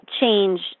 change